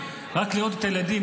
רק לראות את הילדים,